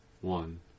one